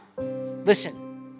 listen